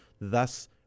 Thus